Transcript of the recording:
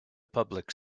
public